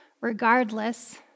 regardless